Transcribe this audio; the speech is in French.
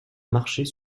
marcher